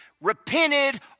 repented